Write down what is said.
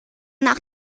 nach